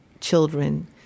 children